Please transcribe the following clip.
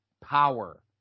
Power